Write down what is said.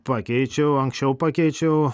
pakeičiau anksčiau pakeičiau